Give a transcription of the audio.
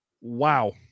Wow